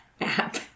app